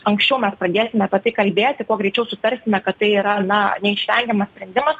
anksčiau mes pradėsime apie tai kalbėti kuo greičiau sutarsime kad tai yra na neišvengiamas sprendimas